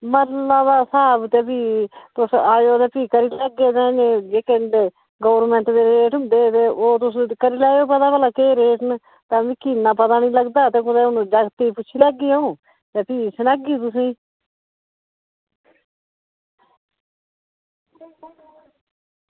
मरला दा स्हाब ते भी तुस आयो ते करी लैगे भी जेह्के गौरमेंट दे रेट होंदे ते ओह् भी तुस करी लैयो पता केह् रेट न ते भई मिगी इन्ना पता निं लगदा ते भई जागतै गी पुच्छी लैगी अंऊ ते भी सनागी तुसें ई